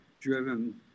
driven